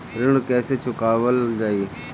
ऋण कैसे चुकावल जाई?